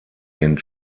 den